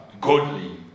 godly